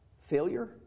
failure